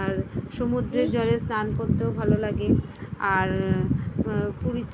আর সমুদ্রের জলে স্নান করতেও ভালো লাগে আর পুরীর